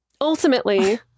ultimately